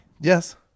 yes